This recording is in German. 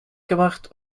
gemacht